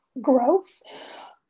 growth